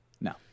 No